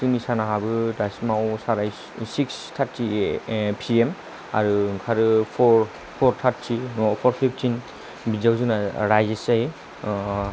जोंनि साना हाबो दासिमाव साराय सिक्स थार्टि पि एम आरो ओंखारो फर फर थार्टि नङाबा फर फिबटिन बिदियाव जोंना राइस जायो